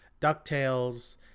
Ducktales